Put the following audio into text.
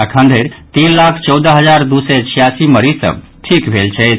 अखन धरि तीन लाख चौदह हजार दू सय छियासी मरीज सभ ठीक भेल छथि